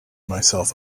myself